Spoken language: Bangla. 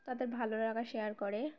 তাদের ভালো লাগা শেয়ার করে